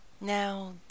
Now